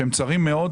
שהם צרים מאוד.